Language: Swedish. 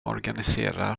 organiserar